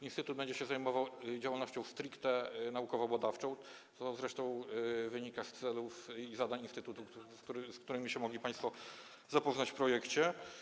Instytut będzie się zajmował działalnością stricte naukowo-badawczą, co zresztą wynika z celów i zadań instytutu, z którymi mogli się państwo zapoznać w projekcie.